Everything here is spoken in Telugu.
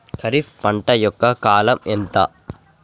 ఖరీఫ్ పంట యొక్క కాలం ఎంత?